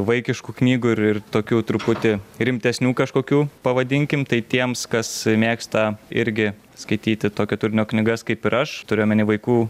vaikiškų knygų ir ir tokių truputį rimtesnių kažkokių pavadinkim tai tiems kas mėgsta irgi skaityti tokio turinio knygas kaip ir aš turiu omeny vaikų